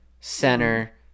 center